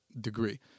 degree